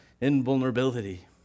invulnerability